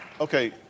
Okay